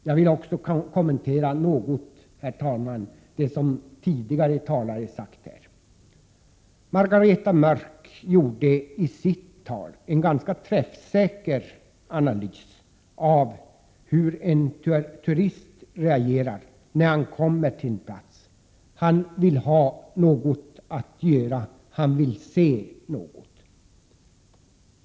Jag vill också, herr talman, något kommentera det som tidigare talare här har sagt. Margareta Mörck gjorde i sitt tal en ganska träffsäker analys av hur en turist reagerar när han kommer till en plats: han vill ha något att göra, och han vill se något.